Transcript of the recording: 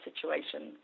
situation